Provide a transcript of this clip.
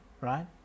right